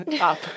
up